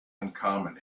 uncommon